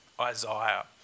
Isaiah